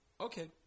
okay